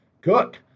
Cook